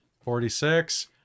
Forty-six